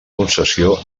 concessió